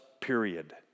period